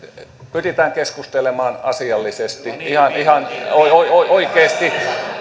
pyritään keskustelemaan asiallisesti ihan oikeasti